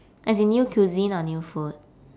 as in new cuisine or new food